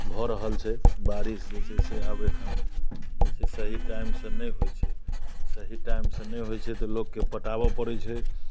भऽ रहल छै बारिस जे छै मोबाइल वाइब्रेसन जे सही टाइमसँ नहि होइ छै सही टाइमसँ नहि होइ छै तऽ लोकके पटाबऽ पड़ै छै खेत